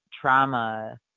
trauma